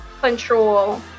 control